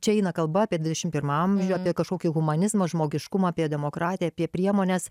čia eina kalba apie dvidešim pirmą amžių apie kažkokį humanizmą žmogiškumą apie demokratiją apie priemones